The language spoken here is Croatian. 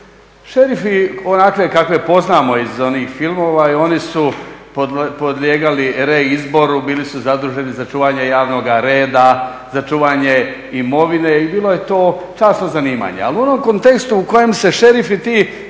Šerifi onakve kakve poznamo iz onih filmova oni su podlijegali reizboru, bili su zaduženi za čuvanje javnoga reda, za čuvanje imovine i bilo je to časno zanimanje. Ali u onom kontekstu u kojem se šerifi ti